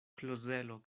klozelo